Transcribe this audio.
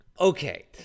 Okay